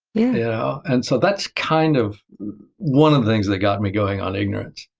yeah and so that's kind of one of the things that got me going on ignorance.